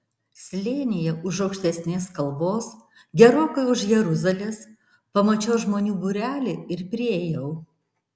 slėnyje už aukštesnės kalvos gerokai už jeruzalės pamačiau žmonių būrelį ir priėjau